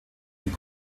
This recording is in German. und